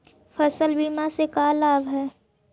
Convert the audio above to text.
फसल बीमा से का लाभ है?